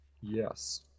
Yes